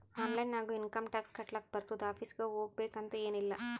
online ನಾಗು income tax ಕಟ್ಲಾಕ್ ಬರ್ತುದ್ ಆಫೀಸ್ಗ ಹೋಗ್ಬೇಕ್ ಅಂತ್ ಎನ್ ಇಲ್ಲ